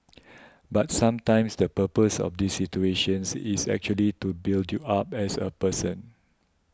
but sometimes the purpose of the situations is actually to build you up as a person